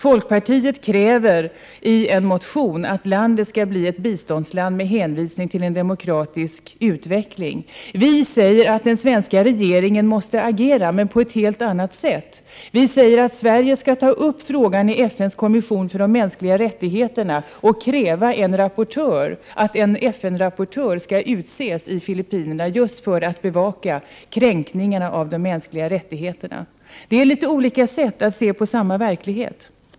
Folkpartiet kräver i en motion att landet med hänvisning till en demokratisk utveckling skall bli ett biståndsland. Vi säger att den svenska regeringen måste agera men på ett helt annat sätt. Vi säger att Sverige skall ta upp frågan i FN:s kommission för de mänskliga rättigheterna och kräva att en FN-rapportör skall utses i Filippinerna just för att bevaka kränkningarna av de mänskliga rättigheterna. Det är litet olika sätt att se på samma verklighet.